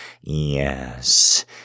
yes